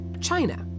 China